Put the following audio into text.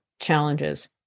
challenges